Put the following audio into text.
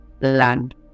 land